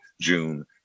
June